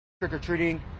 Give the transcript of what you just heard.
Trick-or-treating